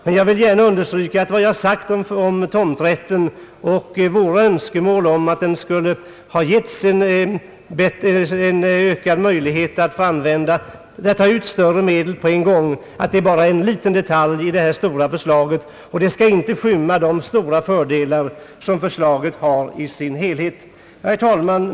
Men jag vill gärna understryka att vad jag sagt om tomträtten och våra önskemål, att man skulle fått ökade möjligheter att ta ut större medel på en gång, bara gäller en liten detalj i detta stora sammanhang — det kan inte undanskymma de stora fördelar som förslaget i sin helhet har. Herr talman!